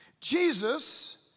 Jesus